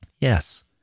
Yes